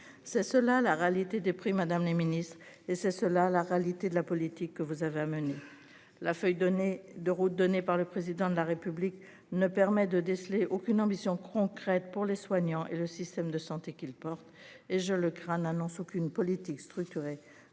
C'est cela la réalité des prix Madame la Ministre et c'est cela la réalité de la politique que vous avez amené la feuille. De euros donné par le président de la République ne permet de déceler aucune ambition concrète pour les soignants et le système de santé qui le porte et je le crains n'annonce aucune politique structurée